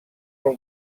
pel